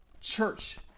church